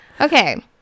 okay